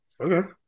Okay